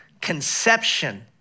conception